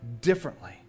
differently